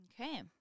Okay